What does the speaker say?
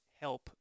help